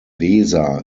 weser